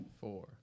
four